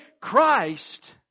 Christ